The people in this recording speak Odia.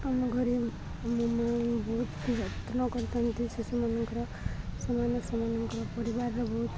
ଆମ ଘରେ ବହୁତ ଯତ୍ନ କରିଥାନ୍ତି ସେ ସେମାନଙ୍କର ସେମାନେ ସେମାନଙ୍କର ପରିବାରରେ ବହୁତ